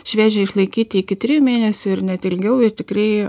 šviežią išlaikyti iki trijų mėnesių ir net ilgiau ir tikrai